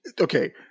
okay